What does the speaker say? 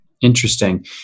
Interesting